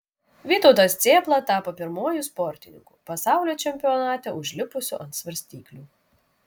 vytautas cėpla tapo pirmuoju sportininku pasaulio čempionate užlipusiu ant svarstyklių